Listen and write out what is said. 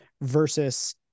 versus